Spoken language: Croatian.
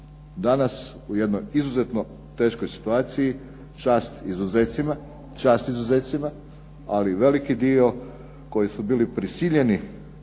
danas je u jednoj izuzetno teškoj situaciji. Čast izuzecima, ali veliki dio koji su bili prisiljeni